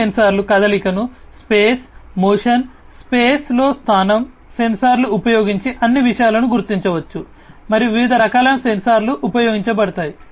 ఈ సెన్సార్లు కదలికను స్పేస్ మోషన్ స్పేస్ స్పేస్ లో స్థానం ఈ సెన్సార్లను ఉపయోగించి ఈ అన్ని విషయాలను గుర్తించవచ్చు మరియు వివిధ రకాలైన సెన్సార్లు ఉపయోగించబడతాయి